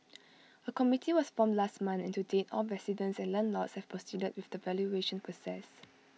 A committee was formed last month and to date all residents and landlords have proceeded with the valuation process